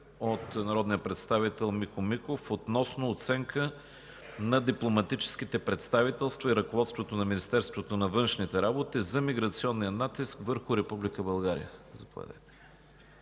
от народния представител Михо Михов относно оценка на дипломатическите представителства и ръководството на Министерството на външните работи за миграционния натиск върху Република България. Заповядайте.